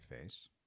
face